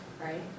right